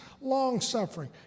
long-suffering